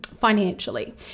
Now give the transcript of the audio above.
financially